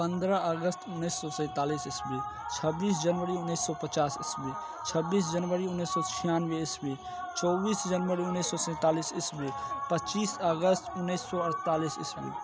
पंद्रह अगस्त उन्नीस सौ सैंतालीस ईस्वी छब्बीस जनवरी उन्नीस सौ पचास ईस्वी छब्बीस जनवरी उन्नीस सौ छियानवे ईस्वी चौबीस जनवरी उन्नीस सौ सैंतालीस ईस्वी पच्चीस अगस्त उन्नीस सौ अड़तालीस ईस्वी